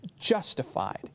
justified